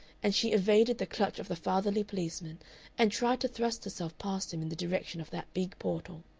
and she evaded the clutch of the fatherly policeman and tried to thrust herself past him in the direction of that big portal.